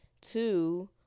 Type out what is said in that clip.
Two